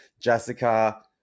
jessica